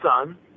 son